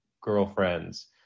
girlfriends